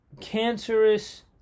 Cancerous